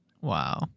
Wow